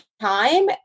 time